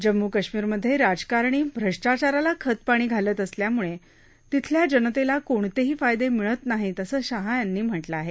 जम्मू कश्मीरमध्ये राजकारणी भ्रष्टाचाराला खतपाणी घालत असल्यामुळे तिथल्या जनतेला कोणतेही फायदे मिळत नाहीत असं शहा यांनी म्हटलं आहे